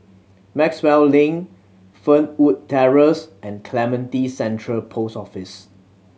Maxwell Link Fernwood Terrace and Clementi Central Post Office